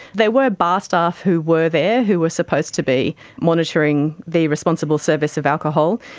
there were bar staff who were there who were supposed to be monitoring the responsible service of alcohol,